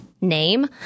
name